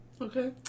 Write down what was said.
Okay